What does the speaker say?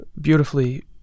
beautifully